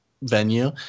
Venue